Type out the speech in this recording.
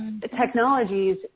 technologies